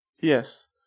Yes